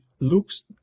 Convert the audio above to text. looks